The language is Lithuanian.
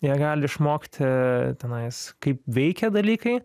jie gali išmokti tenais kaip veikia dalykai